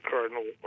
Cardinal